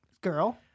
Girl